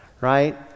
Right